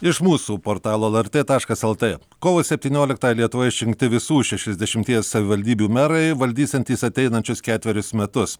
iš mūsų portalo lrt taškas lt kovo septynioliktąją lietuvoje išrinkti visų šešiasdešimties savivaldybių merai valdysiantys ateinančius ketverius metus